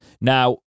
Now